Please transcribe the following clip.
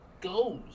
goes